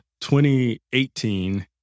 2018